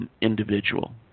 individual